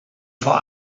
vor